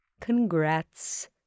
Congrats